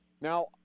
Now